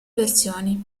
versioni